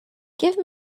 give